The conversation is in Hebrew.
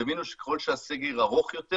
תבינו שככל שהסגר ארוך יותר